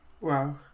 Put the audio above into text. Wow